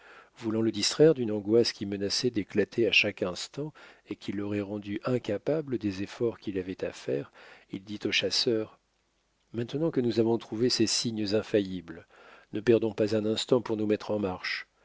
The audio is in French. voulant le distraire d'une angoisse qui menaçait d'éclater à chaque instant et qui l'aurait rendu incapable des efforts qu'il avait à faire il dit au chasseur maintenant que nous avons trouvé ces signes infaillibles ne perdons pas un instant pour nous mettre en marche